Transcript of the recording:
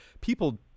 People